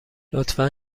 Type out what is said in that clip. لطفا